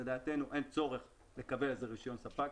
לדעתנו אין צורך לקבל על זה רישיון ספק.